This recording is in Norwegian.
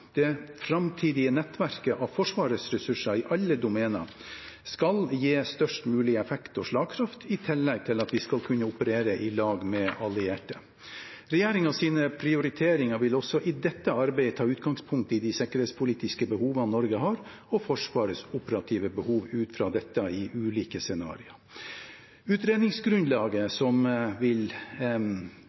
Det framtidige nettverket av Forsvarets ressurser i alle domener skal gi størst mulig effekt og slagkraft, i tillegg til at vi skal kunne operere sammen med allierte. Regjeringens prioriteringer vil også i dette arbeidet ta utgangspunkt i de sikkerhetspolitiske behovene Norge har, og Forsvarets operative behov ut fra dette i ulike scenarioer. Utredningsgrunnlaget som vil